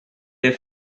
est